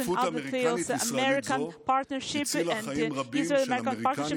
שותפות אמריקנית-ישראלית זו הצילה חיים רבים של אמריקנים,